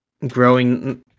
Growing